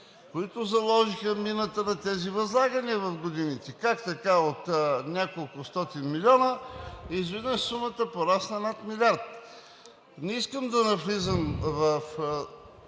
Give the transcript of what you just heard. които заложиха мината на тези възлагания в годините. Как така от няколкостотин милиона изведнъж порасна над милиард? Не искам да навлизате